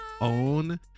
own